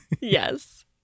Yes